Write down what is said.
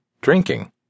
drinking